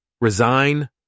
Resign